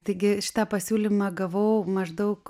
taigi šitą pasiūlymą gavau maždaug